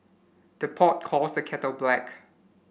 the pot calls the kettle black